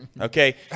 Okay